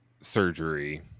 surgery